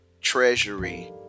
Treasury